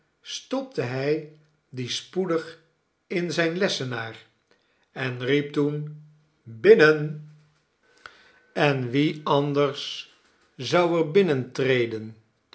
stopte hij dien spoedig in zijn lessenaar en riep toen binnen i en wie anders zou er binnentreden